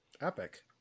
Epic